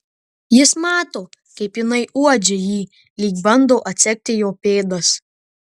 jis mato kaip jinai uodžia jį lyg bando atsekti jo pėdas